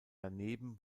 daneben